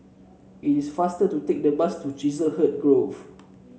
it is faster to take the bus to Chiselhurst Grove